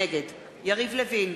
נגד יריב לוין,